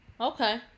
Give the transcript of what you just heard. Okay